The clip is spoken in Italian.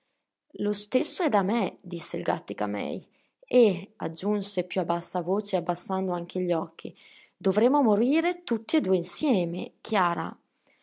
lo stesso è da me disse il gàttica-mei e aggiunse più a bassa voce e abbassando anche gli occhi dovremmo morire tutt'e due insieme chiara